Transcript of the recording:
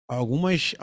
algumas